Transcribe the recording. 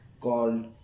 called